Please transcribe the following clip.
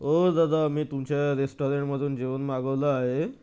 ओ दादा मी तुमच्या रेश्टॉरंटमधून जेवण मागवलं आहे